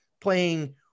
playing